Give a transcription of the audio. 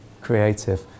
creative